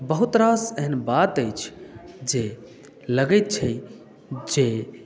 बहुत रास एहन बात अछि जे लगैत छै जे